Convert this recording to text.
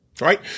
right